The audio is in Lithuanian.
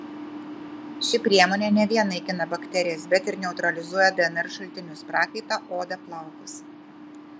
ši priemonė ne vien naikina bakterijas bet ir neutralizuoja dnr šaltinius prakaitą odą plaukus